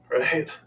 right